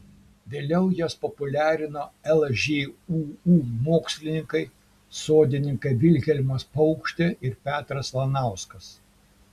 vėliau jas populiarino lžūu mokslininkai sodininkai vilhelmas paukštė ir petras lanauskas